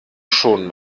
schon